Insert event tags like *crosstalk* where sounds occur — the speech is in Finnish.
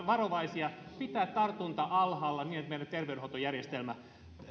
*unintelligible* varovaisia pitää tartunnat alhaalla niin että meidän terveydenhuoltojärjestelmä